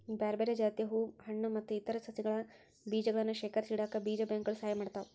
ಬ್ಯಾರ್ಬ್ಯಾರೇ ಜಾತಿಯ ಹೂ ಹಣ್ಣು ಮತ್ತ್ ಇತರ ಸಸಿಗಳ ಬೇಜಗಳನ್ನ ಶೇಖರಿಸಿಇಡಾಕ ಬೇಜ ಬ್ಯಾಂಕ್ ಗಳು ಸಹಾಯ ಮಾಡ್ತಾವ